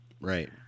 right